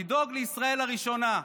לדאוג לישראל הראשונה,